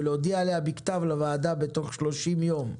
ולהודיע עליה בכתב לוועדה בתוך 30 יום.